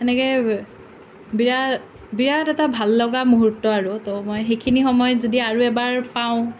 তেনেকৈ বিৰা বিৰাট এটা ভাল লগা মুহূৰ্ত আৰু তো মই সেইখিনি সময় যদি আৰু এবাৰ পাওঁ